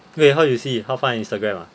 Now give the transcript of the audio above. wait how you see 他放在 Instagram ah